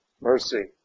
Mercy